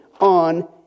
on